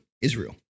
Israel